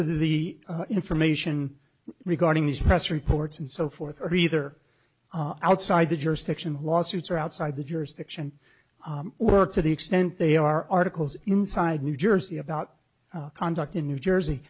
of the information regarding these press reports and so forth are either on outside the jurisdiction lawsuits or outside the jurisdiction where to the extent they are articles inside new jersey about conduct in new jersey